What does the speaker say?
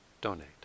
donate